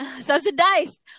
subsidized